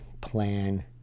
plan